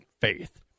Faith